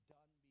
done